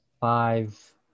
five